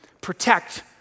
Protect